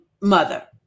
mother